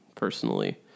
personally